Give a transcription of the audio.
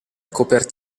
copertina